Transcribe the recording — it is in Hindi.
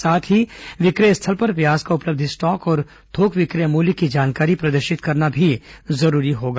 साथ ही विक्रय स्थल पर प्याज का उपलब्ध स्टॉक और थोक विक्रय मूल्य की जानकारी प्रदर्शित करना जरूरी होगा